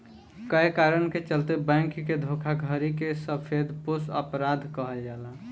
कए कारण के चलते बैंक के धोखाधड़ी के सफेदपोश अपराध कहल जाला